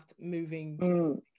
moving